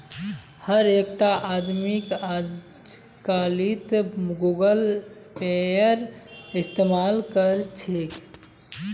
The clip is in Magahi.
हर एकटा आदमीक अजकालित गूगल पेएर इस्तमाल कर छेक